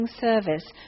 service